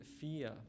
fear